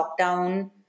lockdown